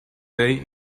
day